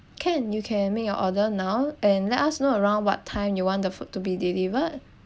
can you can make your order now and let us know around what time you want the food to be delivered